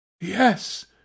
Yes